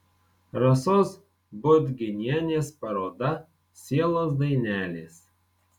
rasos budginienės paroda sielos dainelės